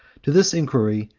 to this inquiry,